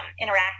interact